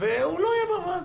והוא לא יהיה בוועדה.